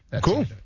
Cool